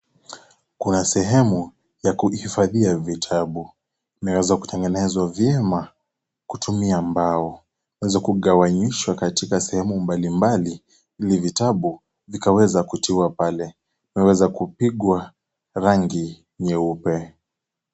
Kuna sehemu ya kuhifadhia vitabu. Imeweza kutengenezwa vyema kutumia mbao. Zinaweza kukawanyishwa katika sehemu mbalimbali ili vitabu vikaweza kutiwa pale. Imeweza kupigwa rangi nyeupe.